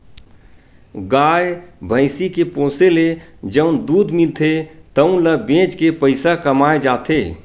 गाय, भइसी के पोसे ले जउन दूद मिलथे तउन ल बेच के पइसा कमाए जाथे